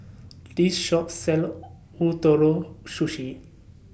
This Shop sells Ootoro Sushi